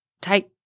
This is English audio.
Take